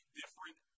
different